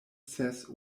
ses